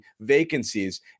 vacancies